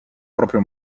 proprio